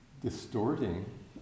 distorting